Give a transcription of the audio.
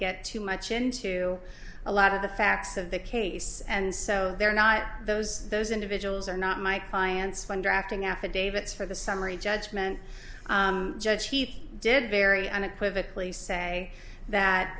get too much into a lot of the facts of the case and so they're not those those individuals are not my clients when drafting affidavits for the summary judgment judge he did very unequivocal you say that